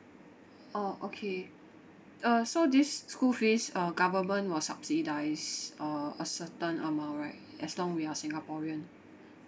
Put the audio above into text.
orh okay uh so this school fees uh government will subsidise or a certain amount right as long we are singaporean